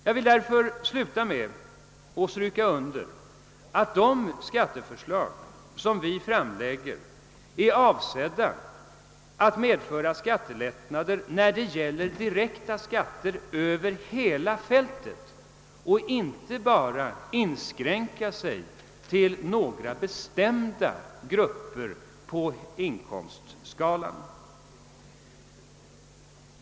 Jag vill därför sluta med att understryka att de skatteförslag som vi framlagt är avsedda att medföra skattelättnader när det gäller direkta skatter över hela fältet och inte bara inskränka sig till några bestämda grupper på inkomstskalan.